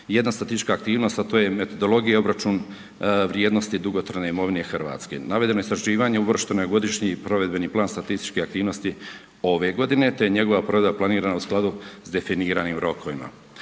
1 statistička aktivnost, a to je metodologija i obračun vrijednosti dugotrajne imovine Hrvatske. Navedeno istraživanje uvršteno je u Godišnji provedbeni plan statističke aktivnosti ove godine te je njegova provedba planirana u skladu s definiranim rokovima.